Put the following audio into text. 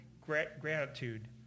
gratitude